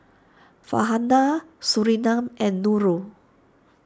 Farhanah Surinam and Nurul